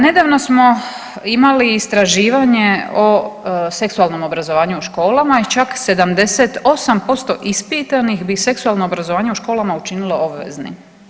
Nedavno smo imali istraživanje o seksualnom obrazovanju u školama i čak 78% ispitanih bi seksualno obrazovanje u školama učinilo obveznim.